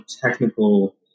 technical